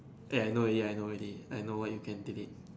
eh I know already I know already I know what you can delete